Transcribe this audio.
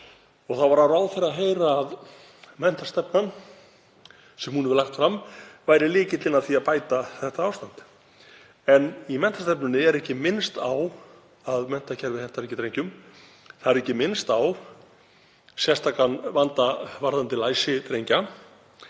Það var á ráðherra að heyra að menntastefnan sem hún hefur lagt fram væri lykillinn að því að bæta þetta ástand. En í menntastefnunni er ekki minnst á að menntakerfið henti ekki drengjum. Það er ekki minnst á sérstakan vanda varðandi læsi drengja.